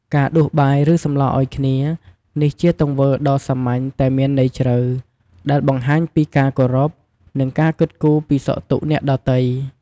ការដួសបាយ ឬសម្លរឲ្យគ្នា នេះជាទង្វើដ៏សាមញ្ញតែមានន័យជ្រៅ ដែលបង្ហាញពីការគោរព និងការគិតគូរពីសុខទុក្ខអ្នកដទៃ។